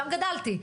שם גדלתי,